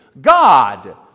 God